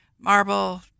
marble